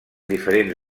diferents